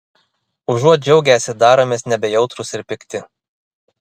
užuot džiaugęsi daromės nebejautrūs ir pikti